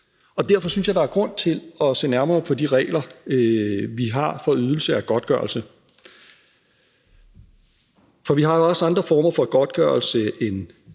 derfor synes jeg, der er grund til at se nærmere på de regler, vi har for ydelse af godtgørelse. For vi har jo også andre former for godtgørelse end